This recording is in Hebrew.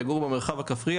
יגורו במרחב הכפרי,